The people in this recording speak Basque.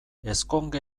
ezkonge